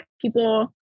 people